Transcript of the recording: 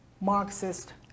Marxist